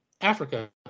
Africa